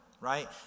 right